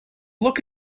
look